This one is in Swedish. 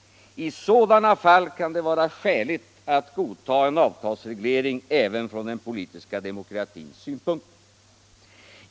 I sådana fall kan det vara skäligt att godta en avtalsreglering även från den politiska demokratins synpunkt.